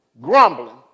grumbling